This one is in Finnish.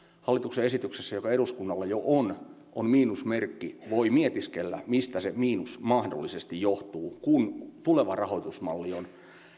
hallituksen esityksessä joka eduskunnalla jo on on miinusmerkki ja voidaan mietiskellä mistä se miinus mahdollisesti johtuu kun tuleva rahoitusmalli on